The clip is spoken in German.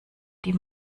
die